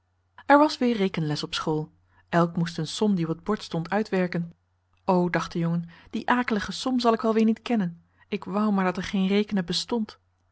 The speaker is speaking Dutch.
er was weer rekenles op school elk moest een som die op het bord stond uitwerken o dacht de jongen die akelige som zal ik wel weer niet kennen ik wou maar dat er geen rekenen bestond